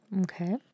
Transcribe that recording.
Okay